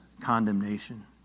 condemnation